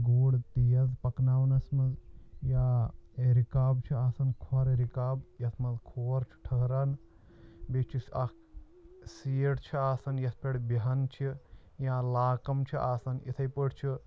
گُر تیز پَکناونَس منٛز یا رِکاب چھُ آسان کھۄر رِکاب یَتھ منٛز کھور چھُ ٹھہران بیٚیہِ چھُس اکھ سیٖٹ چھُ آسان یَتھ پٮ۪ٹھ بِہَن چھِ یا لاکم چھِ آسان یِتھے پٲٹھۍ چھُ